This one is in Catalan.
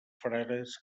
frares